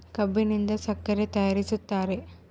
ಕಬ್ಬಿನಿಂದ ಸಕ್ಕರೆ ತಯಾರಿಸ್ತಾರ